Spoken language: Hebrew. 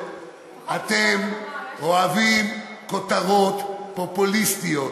אתם אוהבים כותרות פופוליסטיות.